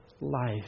life